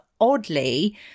oddly